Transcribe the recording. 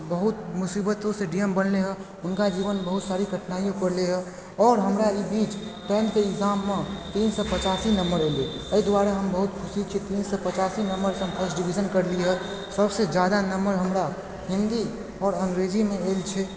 बहुत मुसीबतोसँ D M बनलय हँ हुनका जीवनमे बहुत सारी कठिनाइयो परलै हँ आओर हमरा ईबीच टेंथके एग्जाममे तीन सए पचासी नम्बर आइलि एहि दुआरे हम बहुत खुशी छी की तीन सए पचासी नम्बरसँ हम फर्स्ट डिवीज़न करली हँ सभसँ जादा नम्बर हमरा हिन्दी आओर अंग्रेजीमे आइलि छै